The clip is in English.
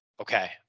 Okay